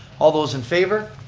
all those in favor?